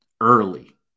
early